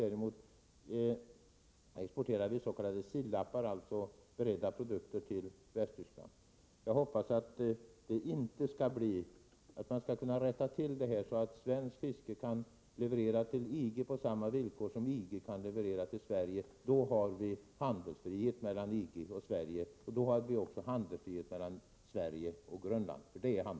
Däremot exporterar vi beredda produkter till Västtyskland. Jag hoppas att man skall kunna rätta till detta så att svenskt fiske kan leverera till EG på samma villkor som EG kan leverera till Sverige. Då har vi handelsfrihet mellan EG och Sverige. Och då har vi också handelsfrihet mellan Sverige och Grönland.